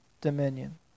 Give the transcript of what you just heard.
dominion